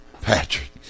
Patrick